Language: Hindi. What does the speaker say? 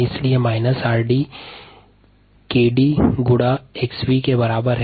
इसलिए − 𝑟𝑑 𝑘𝑑 और 𝑥𝑣 के बराबर है